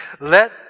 let